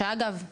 שאגב,